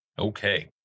Okay